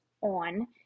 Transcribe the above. on